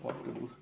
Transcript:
what to do